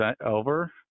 over